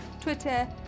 Twitter